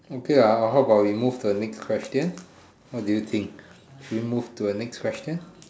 okay how how about we move to the next question what do you think shall we move to a next question